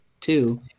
two